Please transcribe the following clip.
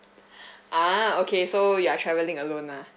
ah okay so you are travelling alone ah